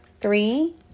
three